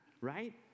Right